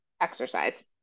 exercise